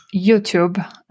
youtube